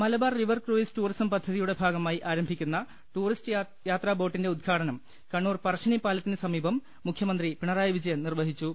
Malabar river cruise tourism പദ്ധതിയുടെ ഭാഗമായി ആരംഭിക്കുന്ന ടൂറിസ്റ്റ് യാത്രാ ബോട്ടിന്റെ ഉദ്ഘാടനം കണ്ണൂർ പറശ്ശിനി പാലത്തിന് സമീപം മുഖ്യമന്ത്രി പിണറായി വിജയൻ നിർവഹിച്ചു